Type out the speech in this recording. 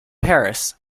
paris